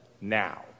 now